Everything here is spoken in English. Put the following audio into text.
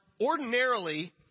ordinarily